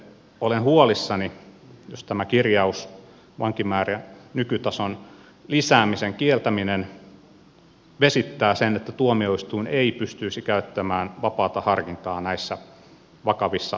olen huolissani jos tämä kirjaus vankimäärän nykytason lisäämisen kieltämisestä vesittää sen asian niin että tuomioistuin ei pystyisi käyttämään vapaata harkintaa näissä vakavissa väkivalta ja seksuaalirikoksissa